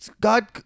God